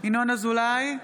ינון אזולאי,